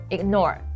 Ignore